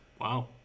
Wow